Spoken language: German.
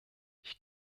ich